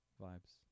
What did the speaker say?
vibes